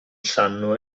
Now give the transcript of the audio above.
sanno